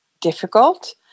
difficult